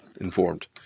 informed